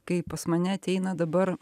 kai pas mane ateina dabar